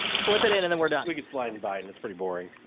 slip it in and then we're done. we could slide in biden, it's pretty boring.